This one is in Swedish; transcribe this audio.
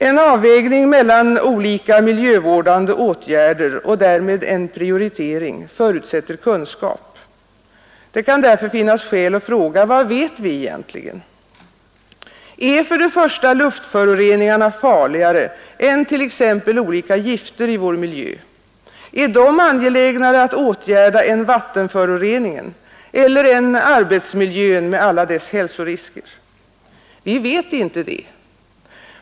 En avvägning mellan olika miljövårdande åtgärder och därmed en prioritering förutsätter kunskap. Det kan därför finnas skäl att fråga: Vad vet vi egentligen? Är för det första luftföroreningarna farligare än t.ex. olika gifter i vår miljö, är de angelägnare att åtgärda än vattenföroreningen eller än arbetsmiljön med alla dess hälsorisker? Vi vet inte det.